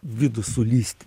vidų sulyst